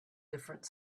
different